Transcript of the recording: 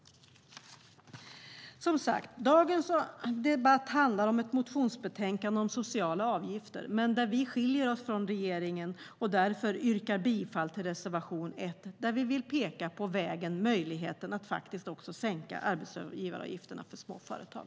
Dagens debatt handlar alltså om ett motionsbetänkande om sociala avgifter. Vi skiljer oss från regeringen och yrkar därför bifall till reservation 1, där vi vill peka på vägen och möjligheten att sänka arbetsgivaravgifterna för småföretag.